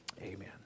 Amen